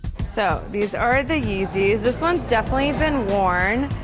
so these are the yeezys. this one's definitely been worn.